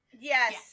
Yes